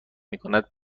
میکند